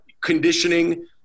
conditioning